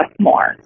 more